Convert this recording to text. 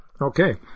Okay